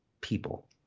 people